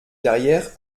carrières